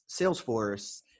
Salesforce